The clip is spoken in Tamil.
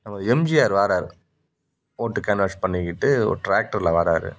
நமது எம்ஜிஆர் வாரார் ஓட்டுக்கு கேன்வாஸ் பண்ணிக்கிட்டு ஒரு டிராக்ட்டர்ல வாரார்